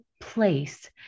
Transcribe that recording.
place